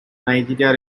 nigeria